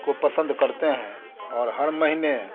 को पसंद करते हैं और हर महीने